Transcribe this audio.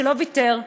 שלא ויתר,